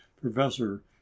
Professor